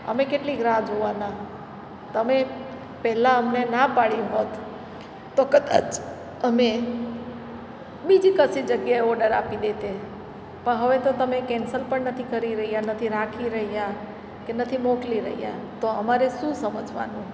અમે કેટલીક રાહ જોવાના તમે પહેલાં અમને ના પાડી હોત તો કદાચ અમે બીજી કશી જગ્યાએ ઓડર આપી દેતે પણ હવે તો તમે કેન્સલ પણ નથી કરી રહ્યા નથી રાખી રહ્યા કે નથી મોકલી રહ્યા તો અમારે શું સમજવાનું